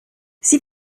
sie